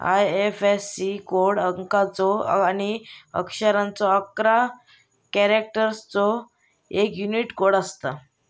IFSC code अंकाचो आणि अक्षरांचो अकरा कॅरेक्टर्सचो एक यूनिक कोड असता